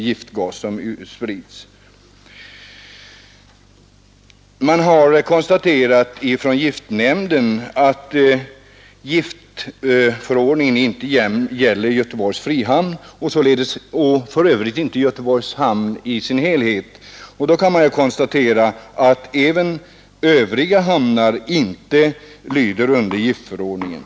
Giftnämnden har konstaterat att giftförordningen inte gäller i Göteborgs frihamn, och för övrigt inte heller i Göteborgs hamn i dess helhet och i konsekvens härmed inte heller i övriga svenska hamnar.